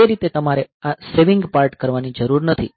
તે રીતે તમારે આ સેવિંગ પાર્ટ કરવાની જરૂર નથી